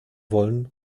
wollen